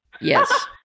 Yes